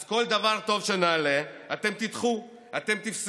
אז כל דבר טוב שנעלה, אתם תדחו ותפסלו.